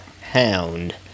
Hound